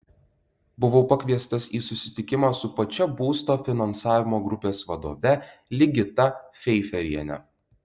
buvau pakviestas į susitikimą su pačia būsto finansavimo grupės vadove ligita feiferiene